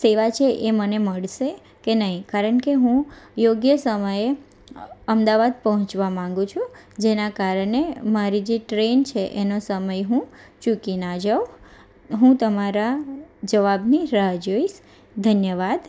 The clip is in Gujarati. સેવા છે એ મને મળશે કે નહીં કારણ કે હું યોગ્ય સમયે અમદાવાદ પહોંચવા માંગુ છું જેનાં કારણે મારી જે ટ્રેન છે એનો સમય હું ચૂકી ના જાઉં હું તમારા જવાબની રાહ જોઈશ ધન્યવાદ